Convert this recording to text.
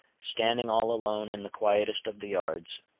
standing all alone in the quietest of the yards,